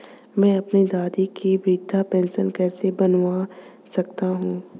मैं अपनी दादी की वृद्ध पेंशन कैसे बनवा सकता हूँ?